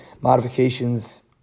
modifications